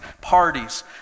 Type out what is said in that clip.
parties